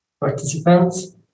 participants